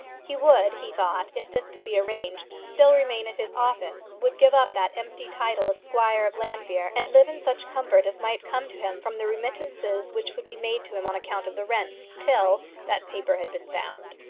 he would, he thought, if this could be arranged, still remain at his office would give up that empty title of squire of llanfeare, and live in such comfort as might come to him from the remittances which would be made to him on account of the rents, till that paper had been found.